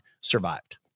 survived